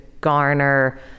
garner